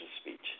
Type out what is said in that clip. speech